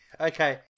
Okay